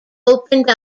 opened